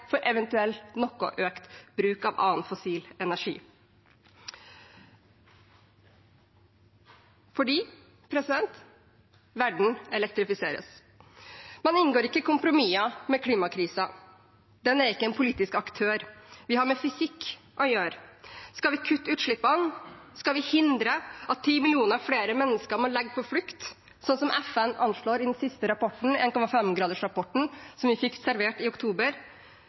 for eventuelt noe økt bruk av annen fossil energi. For verden elektrifiseres. Man inngår ikke kompromisser med klimakrisen. Den er ikke en politisk aktør. Vi har med fysikk å gjøre. Skal vi kutte utslippene, skal vi hindre at ti millioner flere mennesker må legge på flukt, slik FN anslår i den siste rapporten, 1,5-gradersrapporten, som vi fikk servert i oktober,